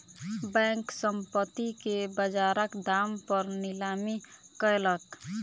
bank, संपत्ति के बजारक दाम पर नीलामी कयलक